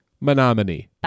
Menominee